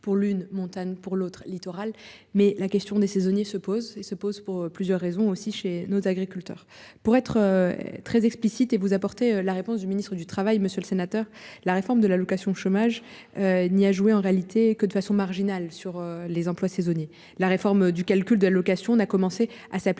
pour l'une montagne pour l'autre littoral mais la question des saisonniers se pose et se pose pour plusieurs raisons aussi chez nos agriculteurs pour être. Très explicite et vous apporter la réponse du ministre du Travail, monsieur le sénateur, la réforme de l'allocation chômage. Ni à jouer en réalité que de façon marginale sur les emplois saisonniers. La réforme du calcul de l'allocation. On a commencé à s'appliquer